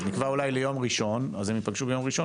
אז נקבע אולי ליום ראשון והם יפגשו ביום ראשון